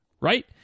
right